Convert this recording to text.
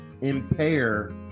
impair